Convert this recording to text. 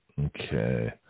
Okay